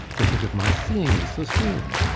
to think of my seeing you so soon!